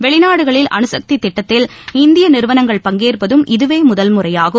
வெளிநாடுகளில் அனுசக்தி திட்டத்தில் இந்திய நிறுவனங்கள் பங்கேற்பதும் இதுவே முதல்முறையாகும்